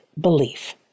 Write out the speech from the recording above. belief